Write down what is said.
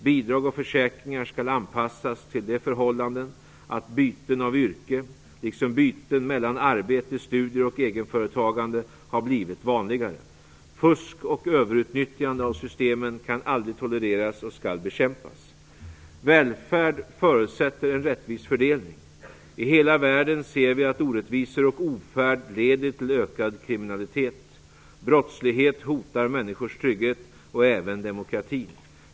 Bidrag och försäkringar skall anpassas till det förhållandet att byten av yrken, liksom byten mellan arbete, studier och egenföretagande, har blivit vanligare. Fusk och överutnyttjande av systemen kan aldrig tolereras och skall bekämpas. Välfärd förutsätter en rättvis fördelning. I hela världen ser vi att orättvisor och ofärd leder till ökad kriminalitet. Brottslighet hotar människors trygghet och även demokratin.